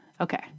Okay